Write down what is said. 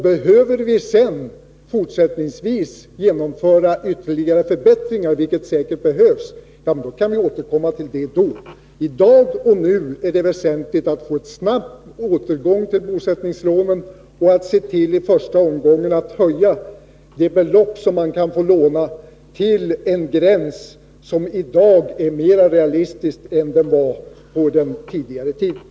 Behöver vi sedan fortsättningsvis genomföra ytterligare förbättringar, vilket säkert blir nödvändigt, kan vi återkomma till det. Nu är det väsentligt att vi får ett snabbt återinförande av bosättningslånen och att vi i första omgången ser till att det belopp som kan lånas höjs till en nivå som i dag är mera realistisk än den tidigare gränsen var.